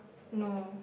no